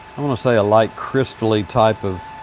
i want to say a light crystally type of